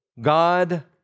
God